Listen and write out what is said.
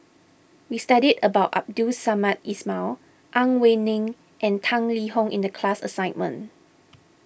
we studied about Abdul Samad Ismail Ang Wei Neng and Tang Liang Hong in the class assignment